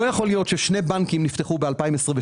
לא יכול להיות ששני בנקים נפתחו ב-2022